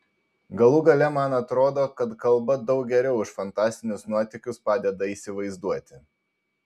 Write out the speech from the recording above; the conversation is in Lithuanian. galų gale man atrodo kad kalba daug geriau už fantastinius nuotykius padeda įsivaizduoti